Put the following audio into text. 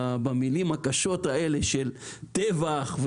במילים הקשות האלה: טבח,